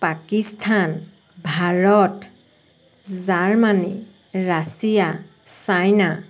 Pakistan Bharat Germany Russia China